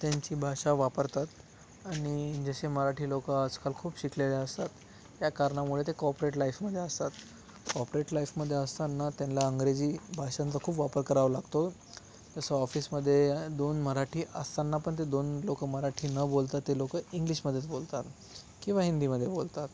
त्यांची भाषा वापरतात आणि जसे मराठी लोकं आजकाल खूप शिकलेले असतात या कारणामुळे ते कॉपरेट लाइफमध्ये असतात कॉपरेट लाइफमध्ये असताना त्यानला अंग्रेजी भाषांचा खूप वापर करावा लागतो जसं ऑफिसमध्ये दोन मराठी असताना पण ते दोन लोकं मराठी न बोलता ते लोकं इंग्लिशमध्येच बोलतात किंवा हिंदीमध्ये बोलतात